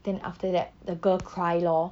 then after that the girl cry lor